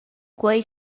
quei